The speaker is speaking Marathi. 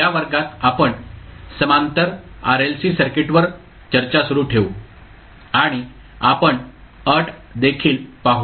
या वर्गात आपण समांतर RLC सर्किटवर चर्चा सुरू ठेवू आणि आपण अट देखील पाहू